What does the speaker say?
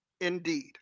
indeed